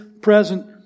present